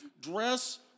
Dress